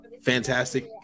fantastic